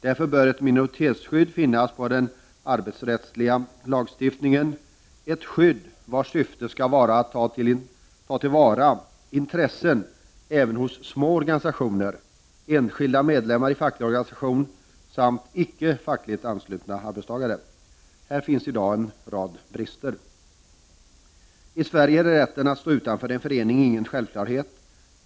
Därför bör ett minoritetsskydd finnas i den arbetsrättsliga lagstiftningen, ett skydd vars syfte skall vara att ta till vara intressen även hos små organisationer, enskilda medlemmar i facklig organisation samt icke fackligt anslutna arbetstagare. Här finns i dag en rad brister. I Sverige är rätten att stå utanför en förening ingen självklarhet.